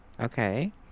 okay